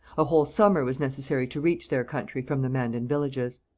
a whole summer was necessary to reach their country from the mandan villages.